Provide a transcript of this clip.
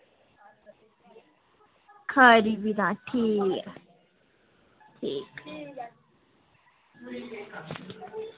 खरी फ्ही तां ठीक ऐ ठीक